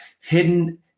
hidden